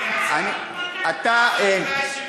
אדוני השר,